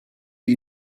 wie